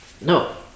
No